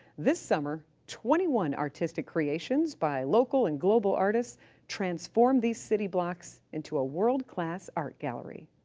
this summer, twenty one artistic creations by local and global artists transformed these city blocks into a world-class art gallery.